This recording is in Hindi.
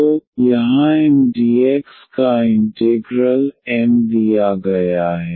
तो यहाँ Mdx का इंटेग्रल एम दिया गया है